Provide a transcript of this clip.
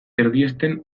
erdiesten